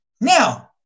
Now